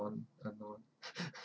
on anon~